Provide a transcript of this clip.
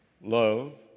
Love